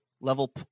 Level